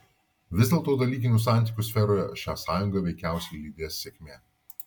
vis dėlto dalykinių santykių sferoje šią sąjungą veikiausiai lydės sėkmė